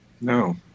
No